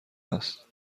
است